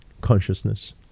consciousness